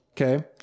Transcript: Okay